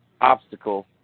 obstacle